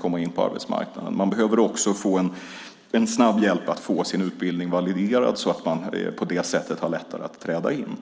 komma in på arbetsmarknaden. De behöver också få en snabb hjälp att få sin utbildning validerad så att de på det sättet har lättare att träda in.